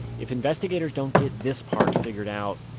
if investigators don't get this part figured out,